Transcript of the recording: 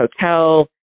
hotel